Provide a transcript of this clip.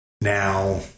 Now